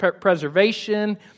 preservation